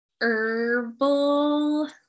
herbal